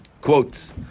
quotes